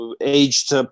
aged